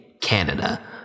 Canada